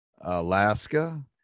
alaska